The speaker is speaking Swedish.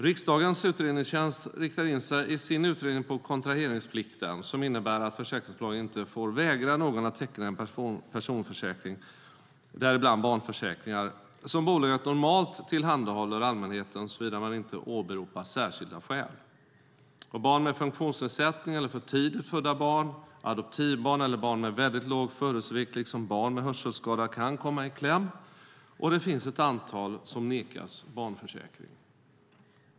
Riksdagens utredningstjänst riktar in sig i sin utredning på kontraheringsplikten, som innebär att försäkringsbolagen inte får vägra någon att teckna en personförsäkring, däribland barnförsäkringar, som bolaget normalt tillhandahåller allmänheten såvida man inte åberopar särskilda skäl. Barn med funktionsnedsättning eller för tidigt födda barn, adoptivbarn eller barn med väldigt låg födelsevikt liksom barn med hörselskada kan komma i kläm, och det finns ett antal som nekas barnförsäkring.